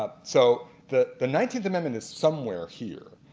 ah so the the nineteenth amendment is somewhere here.